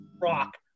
rock